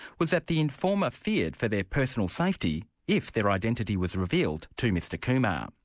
was that the informer feared for their personal safety, if their identity was revealed to mr kumar.